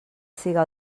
siga